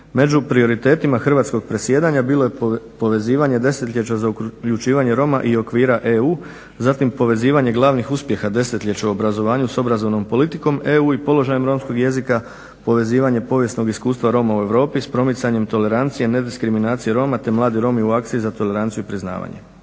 Među prioritetima hrvatskog predsjedanja bilo je povezivanje desetljeća za uključivanje Roma i okvira EU, zatim povezivanje glavnih uspjeha desetljeća u obrazovanju s obrazovnom politikom EU i položajem romskog jezika, povezivanje povijesnog iskustva Roma u Europi s promicanjem tolerancije, nediskriminacije Roma te mladi Romi u akciji za toleranciju i priznavanje.